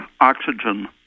oxygen